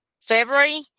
February